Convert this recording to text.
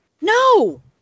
No